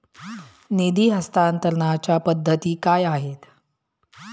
निधी हस्तांतरणाच्या पद्धती काय आहेत?